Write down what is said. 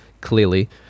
clearly